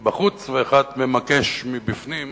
מבחוץ ואחד ממקש מבפנים,